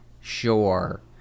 sure